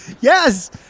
Yes